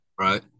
right